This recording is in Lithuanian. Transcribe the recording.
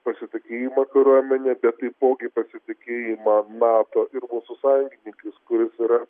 pasitikėjimą kariuomene bet taipogi pasitikėjimą nato ir mūsų sąjungininkais kuris yra